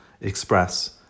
express